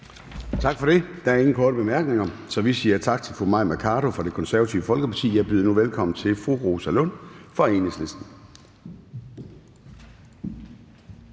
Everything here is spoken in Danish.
Tak for det. Der er ingen korte bemærkninger, så vi siger tak til fru Mai Mercado fra Det Konservative Folkeparti. Jeg byder nu velkommen til fru Rosa Lund fra Enhedslisten.